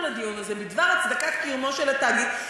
לדיון הזה בדבר הצדקת קיומו של התאגיד,